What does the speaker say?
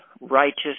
righteous